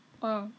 ih